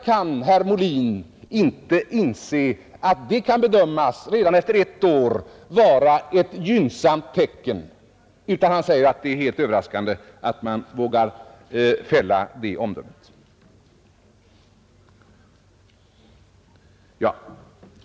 Men herr Molin kan inte inse att detta redan efter ett år kan bedömas vara ett gynnsamt tecken, utan han säger att det är helt överraskande att man vågar fälla det omdömet.